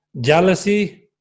jealousy